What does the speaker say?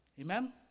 Amen